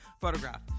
photograph